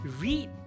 Read